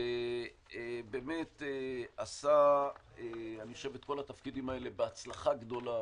הוא באמת עשה את כל התפקידים האלה בהצלחה רבה,